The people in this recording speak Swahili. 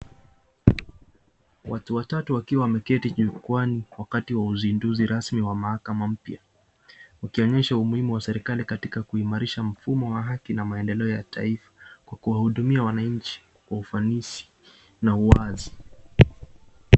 Watu watatu wakiwa wameketi jukwaani wakati wa uzinduzi rasmi wa mahakama mpya, ukionyesha umuhimu wa serikali katika kuimarisha mfumo wa haki na maendeleo ya taifa kwa kuwahudumia wananchi kwa ufanisi na uwazi.